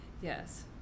yes